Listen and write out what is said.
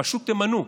פשוט תמנו.